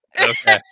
Okay